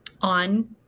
on